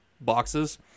boxes